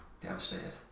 Devastated